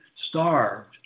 starved